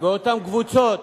ואותן קבוצות